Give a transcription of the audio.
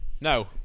No